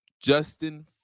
Justin